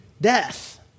death